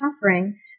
suffering